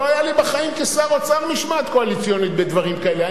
לא היתה לי בחיים כשר אוצר משמעת קואליציונית בדברים כאלה.